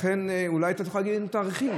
לכן אולי אתה תוכל להגיד לנו תאריכים,